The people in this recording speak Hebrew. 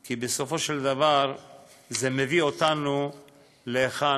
כי בסופו של דבר זה מביא אותנו להיכן